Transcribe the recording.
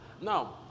Now